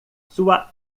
sua